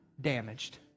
damaged